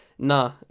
nah